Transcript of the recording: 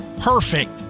perfect